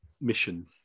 mission